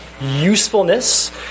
usefulness